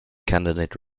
candidate